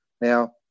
Now